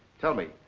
tell me.